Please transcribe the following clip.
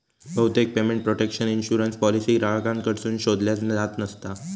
बहुतेक payment protection insurance policy ग्राहकांकडसून शोधल्यो जात नसता